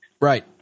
Right